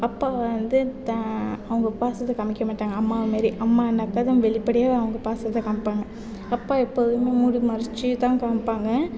அப்பா வந்து தான் அவங்க பாசத்தை காமிக்கமாட்டாங்க அம்மா மாரி அம்மானாக்கால் தான் வெளியில் அப்படியே அவங்க பாசத்தை காமிப்பாங்க அவங்க அப்பா எப்போதுமே மூடி மறைச்சி தான் காமிப்பாங்க